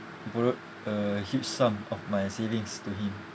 borrowed a huge sum of my savings to him